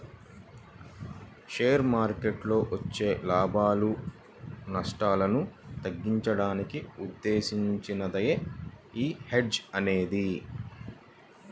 share మార్కెట్టులో వచ్చే లాభాలు, నష్టాలను తగ్గించడానికి ఉద్దేశించినదే యీ హెడ్జ్ అనేది